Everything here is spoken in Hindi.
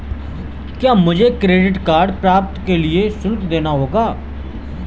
क्या मुझे डेबिट कार्ड प्राप्त करने के लिए शुल्क देना होगा?